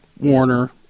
Warner